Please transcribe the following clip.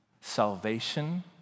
salvation